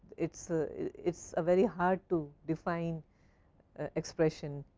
it so is ah very hard to define expression.